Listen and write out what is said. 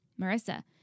Marissa